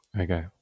Okay